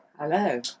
Hello